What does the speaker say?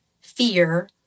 fear